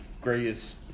greatest